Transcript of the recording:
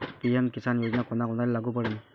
PM किसान योजना कोना कोनाले लागू पडन?